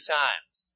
times